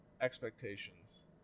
expectations